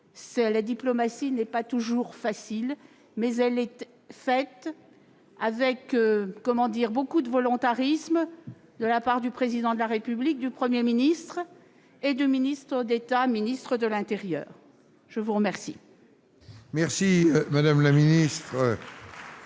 La diplomatie n'est pas toujours facile, mais elle est conduite avec beaucoup de volontarisme de la part du Président de la République, du Premier ministre et du ministre d'État, ministre de l'intérieur. J'en profite pour remercier